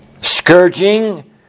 Scourging